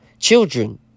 children